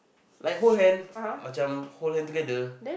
like hold hand Macam hold hand together